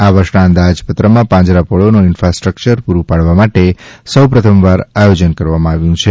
આ વર્ષના અંદાજપત્રમાં પાંજરાપીળોને ઈન્ફાસ્ટકચર પુરૂ પાડવા માટે સો પ્રથમવાર આયોજન કરવામાં આવ્યુ છે